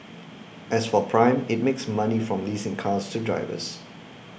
as for Prime it makes money from leasing cars to drivers